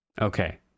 Okay